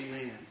Amen